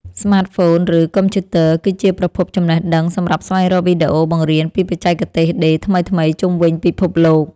ស្មាតហ្វូន ឬកុំព្យូទ័រ គឺជាប្រភពចំណេះដឹងសម្រាប់ស្វែងរកវីដេអូបង្រៀនពីបច្ចេកទេសដេរថ្មីៗជុំវិញពិភពលោក។